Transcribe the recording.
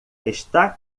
está